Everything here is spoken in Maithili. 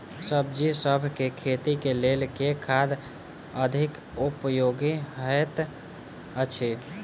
सब्जीसभ केँ खेती केँ लेल केँ खाद अधिक उपयोगी हएत अछि?